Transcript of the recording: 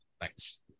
Thanks